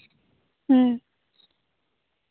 ᱦᱮᱸ